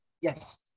yes